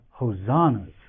Hosannas